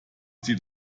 sie